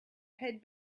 had